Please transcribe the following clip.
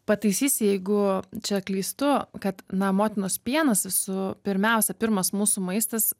pataisysi jeigu čia klystu kad na motinos pienas su pirmiausia pirmas mūsų maistas